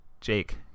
Jake